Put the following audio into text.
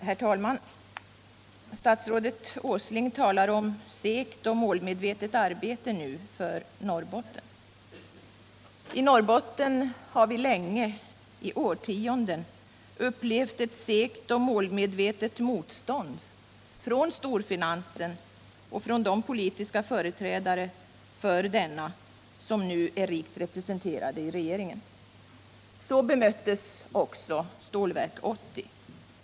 Herr talman! Statsrådet Nils Åsling talar om ett segt och målmedvetet arbete för Norrbotten. I Norrbotten har vi i årtionden upplevt ett segt och målmedvetet motstånd från storfinansen och från de politiska företrädare för denna som nu är rikt representerade i regeringen. Så bemöttes också Stålverk 80.